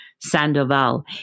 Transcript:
sandoval